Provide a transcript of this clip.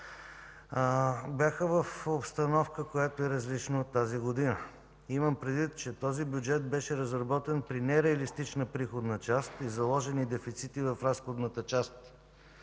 бяха в обстановка, която е различна от тази година. Имам предвид, че този бюджет беше разработен при нереалистична приходна част и заложени дефицити в разходната част